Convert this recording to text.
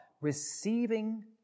receiving